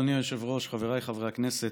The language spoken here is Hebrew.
אדוני היושב-ראש, חבריי חברי הכנסת,